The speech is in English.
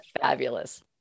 fabulous